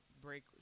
break